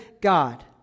God